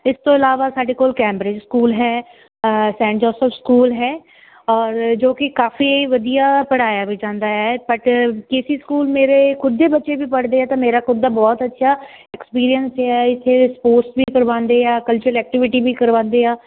ਇਸ ਤੋਂ ਇਲਾਵਾ ਸਾਡੇ ਕੋਲ ਕੈਮਬ੍ਰੇਜ਼ ਸਕੂਲ ਹੈ ਸੈਂਟ ਜੌਸਫ ਸਕੂਲ ਹੈ ਔਰ ਜੋ ਕਿ ਕਾਫੀ ਵਧੀਆ ਪੜ੍ਹਾਇਆ ਵੀ ਜਾਂਦਾ ਹੈ ਬਟ ਕੇ ਸੀ ਸਕੂਲ ਮੇਰੇ ਖੁਦ ਦੇ ਬੱਚੇ ਵੀ ਪੜ੍ਹਦੇ ਆ ਤਾਂ ਮੇਰਾ ਖੁਦ ਦਾ ਬਹੁਤ ਅੱਛਾ ਐਕਸਪੀਰੀਅੰਸ ਹੈ ਇੱਥੇ ਸਪੋਰਟਸ ਵੀ ਕਰਵਾਉਂਦੇ ਆ ਕਲਚਰ ਐਕਟੀਵਿਟੀ ਵੀ ਕਰਵਾਉਂਦੇ ਆ